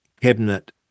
cabinet